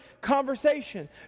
conversation